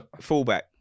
fullback